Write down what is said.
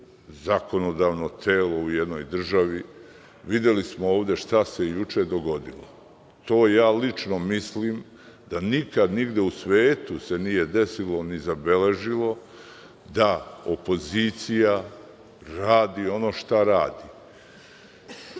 zakonodavno telo u ovoj državi. Videli smo ovde šta se juče dogodilo. To ja lično mislim da nikada nigde u svetu se nije desilo ni zabeležilo da opozicija radi ono šta radi. Svi